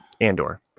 Andor